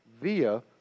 via